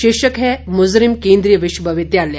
शीर्षक है मुजरिम केंद्रीय विश्वविद्यालय